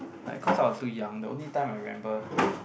like cause I was too young the only time I remember